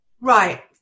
Right